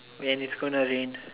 man it's gonna rain